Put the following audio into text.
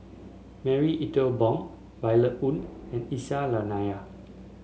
Marie Ethel Bong Violet Oon and Aisyah Lyana